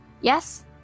Yes